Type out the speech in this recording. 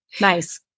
Nice